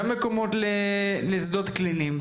גם מקומות לשדות קליניים,